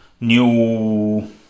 new